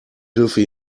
hilfe